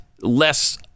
less